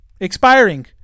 expiring